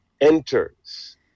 enters